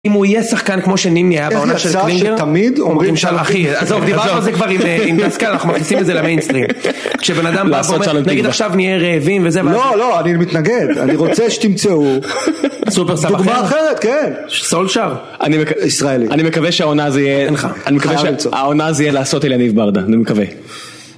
אם הוא יהיה שחקן כמו שנימי היה בעונה של קווינגר איזה חסר שתמיד אומרים שלחים עזוב דיברנו על זה כבר עם דסקאן אנחנו מכניסים את זה למיינסטרים כשבן אדם בא נגיד עכשיו נהיה רעבים וזה לא לא אני מתנגד אני רוצה שתמצאו דוגמה אחרת סולשר אני מקווה שהעונה זה יהיה אני מקווה שהעונה זה יהיה לעשות אליניב ברדה אני מקווה